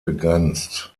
begrenzt